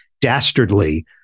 dastardly